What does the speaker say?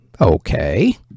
Okay